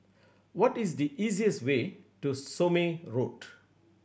what is the easiest way to Somme Road